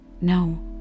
No